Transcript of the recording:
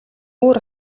өөр